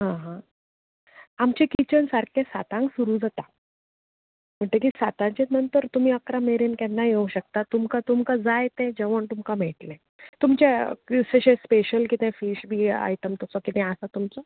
आ हा आमचें किचन सारकें सातांक सुरू जाता म्हणटगीर साताच्या नंतर तुमी अकरा मेरेन केन्नाय येवं शकता तुमकां तुमकां जाय तें जेवण तुमकां मेळटलें तुमचें अशें स्पेशल कितें फिश बी आयटम तसो किदें आसा तुमचो